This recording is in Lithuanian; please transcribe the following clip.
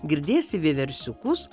girdėsi vieversiukus